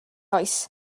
oes